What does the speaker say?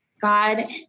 God